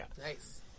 nice